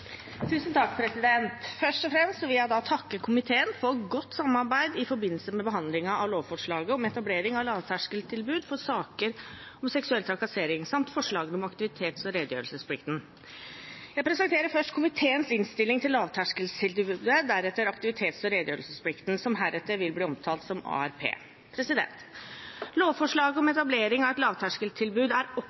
Først og fremst vil jeg takke komiteen for godt samarbeid i forbindelse med behandlingen av lovforslaget om etablering av lavterskeltilbud for behandling av saker om seksuell trakassering samt forslag om aktivitets- og redegjørelsesplikten. Jeg presenterer først komiteens innstilling til lavterskeltilbudet, deretter aktivitets- og redegjørelsesplikten, som heretter vil bli omtalt som ARP. Lovforslaget om etablering av et lavterskeltilbud er